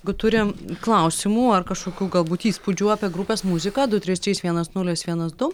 gu turi klausimų ar kažkokių galbūt įspūdžių apie grupės muziką du trys trys vienas nulis vienas du